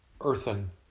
earthen